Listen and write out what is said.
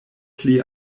pli